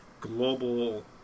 global